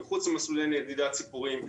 מחוץ למסלולי נדידת ציפורים.